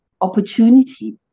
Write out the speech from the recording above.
opportunities